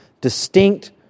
distinct